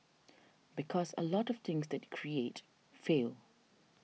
because a lot of things that create fail